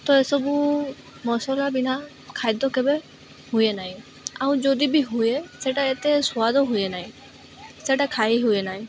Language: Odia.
ତ ଏସବୁ ମସଲା ବିନା ଖାଦ୍ୟ କେବେ ହୁଏ ନାହିଁ ଆଉ ଯଦି ବି ହୁଏ ସେଟା ଏତେ ସ୍ବାଦ ହୁଏ ନାହିଁ ସେଇଟା ଖାଇ ହୁଏ ନାହିଁ